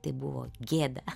tai buvo gėda